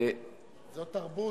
זו תרבות.